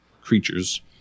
creatures